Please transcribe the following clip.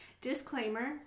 Disclaimer